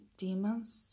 demons